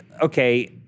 okay